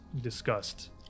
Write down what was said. discussed